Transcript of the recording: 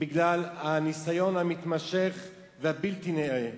בגלל הניסיון המתמשך והבלתי-נלאה